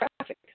traffic